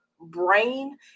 brain